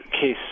case